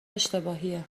اشتباهیه